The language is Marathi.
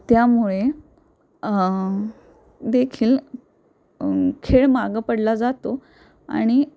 त्यामुळे देखील खेळ मागं पडला जातो आणि